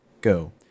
Go